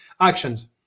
actions